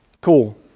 Cool